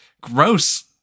gross